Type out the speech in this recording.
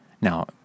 Now